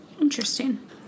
Interesting